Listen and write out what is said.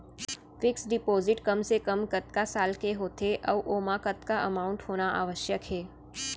Fix deposit कम से कम कतका साल के होथे ऊ ओमा कतका अमाउंट होना आवश्यक हे?